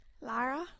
Lara